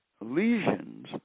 lesions